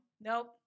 nope